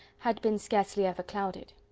had been scarcely ever clouded.